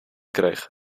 kreeg